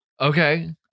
Okay